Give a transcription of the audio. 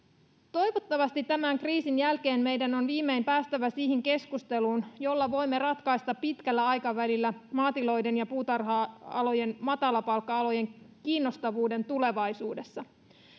tämän kriisin jälkeen meidän on viimein päästävä siihen keskusteluun jolla voimme ratkaista pitkällä aikavälillä maatilojen ja puutarha alan matalapalkka alojen kiinnostavuuden tulevaisuudessa